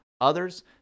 others